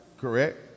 Correct